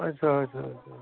آچھا آچھا آچھا